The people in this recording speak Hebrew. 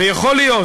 יכול להיות,